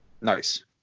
Nice